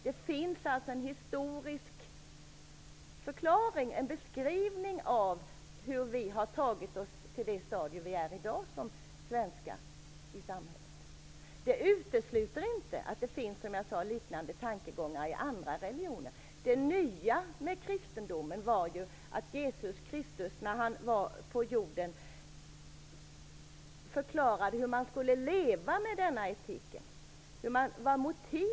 Det finns en historisk förklaring till, en beskrivning av, hur vi har tagit oss till det stadium vi är i dag som svenskar i samhället. Det utesluter inte att det finns liknande tankegångar i andra religioner. Det nya med kristendomen var ju att Jesus Kristus förklarade hur man skulle leva med den här etiken när han var på jorden.